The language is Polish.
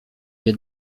wie